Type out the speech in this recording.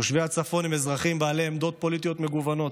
תושבי הצפון הם אזרחים בעלי עמדות פוליטיות מגוונות,